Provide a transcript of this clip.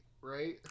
right